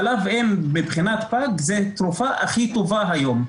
חלב אם מבחינת הפג זו התרופה הכי טובה היום.